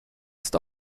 ist